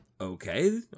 Okay